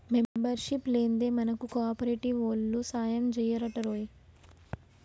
membership లేందే మనకు కోఆపరేటివోల్లు సాయంజెయ్యరటరోయ్